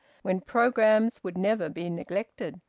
when programmes would never be neglected.